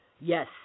Yes